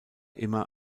immer